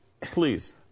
Please